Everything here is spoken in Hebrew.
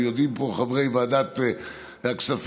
ויודעים פה חברי ועדת הכספים,